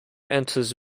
enters